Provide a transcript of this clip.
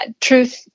truth